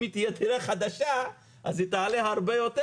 ואם היא תהיה דירה חדשה אז היא תעלה הרבה יותר,